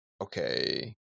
okay